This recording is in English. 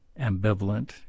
ambivalent